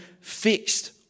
fixed